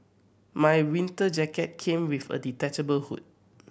my winter jacket came with a detachable hood